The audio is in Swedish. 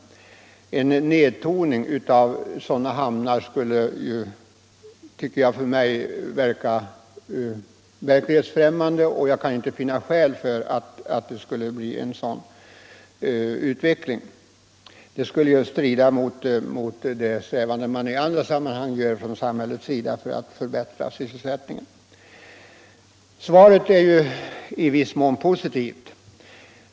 En nedtoning av sådana hamnar skulle för mig te sig verklighetsfrämmande, och jag kan inte finna skäl för att det skulle bli en sådan utveckling. Det skulle ju strida mot strävanden i andra sammanhang från samhällets sida för att förbättra sysselsättningen. Svaret är ju i viss mån positivt.